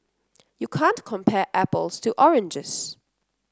you can't compare apples to oranges